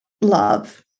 love